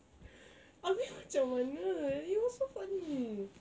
habis macam mana it was so funny